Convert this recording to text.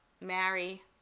marry